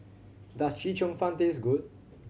does Chee Cheong Fun taste good